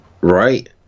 Right